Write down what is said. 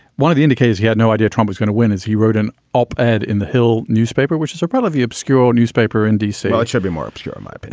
one of the indicators he had no idea trump was going to win, is he wrote an op ed in the hill newspaper, which is a relatively obscure newspaper in d c. it should be more obscure, um but